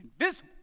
invisible